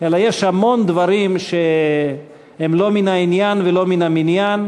אלא יש המון דברים שהם לא מן העניין ולא מן המניין,